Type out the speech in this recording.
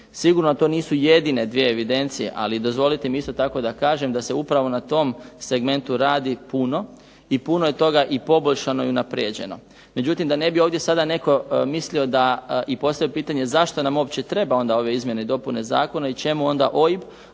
Sigurno to nisu jedine dvije evidencije, ali dozvolite mi isto tako da kažem da se upravo na tom segmentu radi puno i puno je toga i poboljšano i unaprjeđeno. Međutim, da ne bi ovdje sada netko mislio da i postavio pitanje zašto nam uopće trebaju onda ove izmjene i dopune zakona i čemu onda OIB